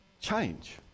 change